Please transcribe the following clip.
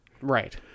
Right